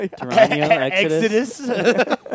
Exodus